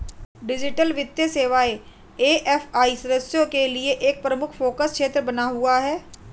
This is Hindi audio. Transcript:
डिजिटल वित्तीय सेवाएं ए.एफ.आई सदस्यों के लिए एक प्रमुख फोकस क्षेत्र बना हुआ है